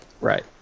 Right